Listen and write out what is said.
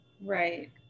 Right